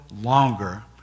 longer